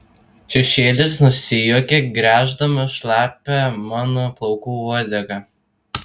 šešėlis nusijuokė gręždamas šlapią mano plaukų uodegą